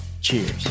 Cheers